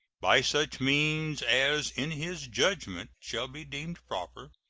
by such means as in his judgment shall be deemed proper,